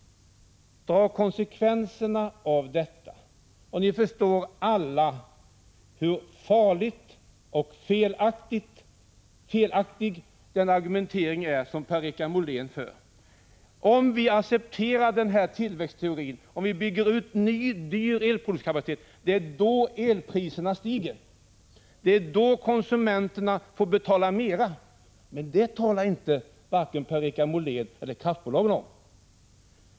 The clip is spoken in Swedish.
Dra konsekvenserna av detta! Alla förstår då hur farlig och felaktig den argumentering är som Per-Richard Molén för. Det är om vi accepterar tillväxtteorin och bygger ut ny dyr elproduktionskapacitet som elpriserna stiger och konsumenterna får betala mer. Men det talar varken Per-Richard Molén eller kraftbolagen om.